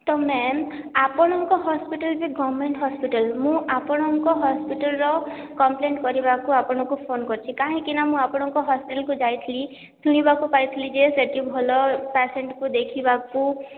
ତ ମ୍ୟାମ୍ ଆପଣଙ୍କ ହସ୍ପିଟାଲ୍ ଯେ ଗଭମେଣ୍ଟ ହସ୍ପିଟାଲ୍ ମୁଁ ଆପଣଙ୍କ ହସ୍ପିଟାଲ୍ ର କପ୍ଲେନ୍ କରିବାକୁ ଆପଣଙ୍କୁ ଫୋନ୍ କରିଛି କାହିଁକିନା ମୁଁ ଆପଣଙ୍କ ହସ୍ପିଟାଲ୍ କୁ ଯାଇଥିଲି ଶୁଣିବାକୁ ପାଇଥିଲି ଯେ ସେଠି ଭଲ ପେସେଣ୍ଟ କୁ ଦେଖିବାକୁ